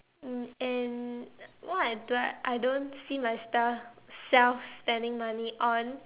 um and what I do I don't see myself self spending money on